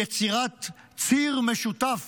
יצירת ציר משותף